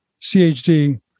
CHD